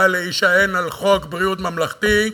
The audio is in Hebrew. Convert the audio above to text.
להישען על חוק ביטוח בריאות ממלכתי.